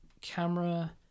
camera